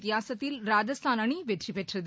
வித்தியாசத்தில் ராஜஸ்தான் அணி வெற்றிபெற்றது